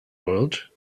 world